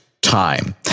time